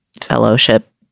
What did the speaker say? fellowship